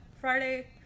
friday